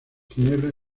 ginebra